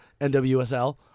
NWSL